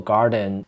Garden